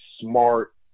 smart